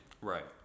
right